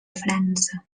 frança